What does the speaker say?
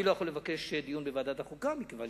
אני לא יכול לבקש דיון בוועדת החוקה, מכיוון